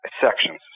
sections